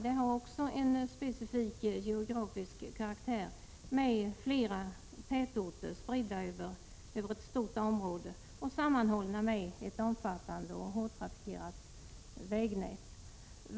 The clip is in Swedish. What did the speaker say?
Det har också en specifik geografisk karaktär med flera tätorter spridda över ett stort område och sammanhållna med ett omfattande och hårt trafikerat vägnät.